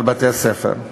על בתי-הספר.